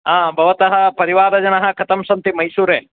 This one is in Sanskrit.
हा भवतः परिवारजनाः कथं सन्ति मैसूरे